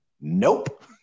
nope